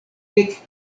dek